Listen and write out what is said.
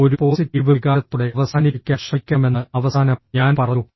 ഒരു പോസിറ്റീവ് വികാരത്തോടെ അവസാനിപ്പിക്കാൻ ശ്രമിക്കണമെന്ന് അവസാനം ഞാൻ പറഞ്ഞു